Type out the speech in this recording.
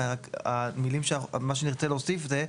ורק מה שנרצה להוסיף זה,